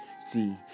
See